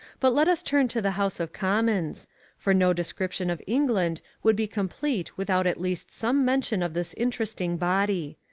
but let us turn to the house of commons for no description of england would be complete without at least some mention of this interesting body.